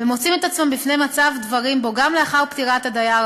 ומוצאים את עצמם בפני מצב דברים שבו גם לאחר פטירת הדייר,